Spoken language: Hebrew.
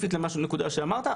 למה שאמרת,